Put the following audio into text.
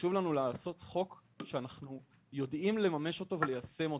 חשוב לנו לעשות חוק שאנחנו יודעים לממש אותו ליישם אותו.